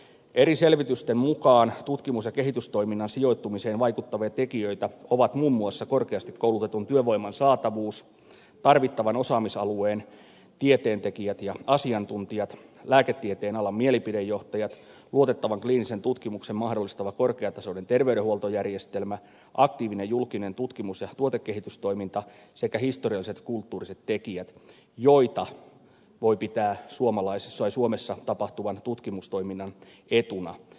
eri selvitysten mukaan tutkimus ja kehitystoiminnan sijoittumiseen vaikuttavia tekijöitä ovat muun muassa korkeasti koulutetun työvoiman saatavuus tarvittavan osaamisalueen tieteentekijät ja asiantuntijat lääketieteen alan mielipidejohtajat luotettavan kliinisen tutkimuksen mahdollistava korkeatasoinen terveydenhuoltojärjestelmä aktiivinen julkinen tutkimus ja tuotekehitystoiminta sekä historialliset ja kulttuuriset tekijät joita voi pitää suomessa tapahtuvan tutkimustoiminnan etuna